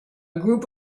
group